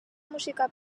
musika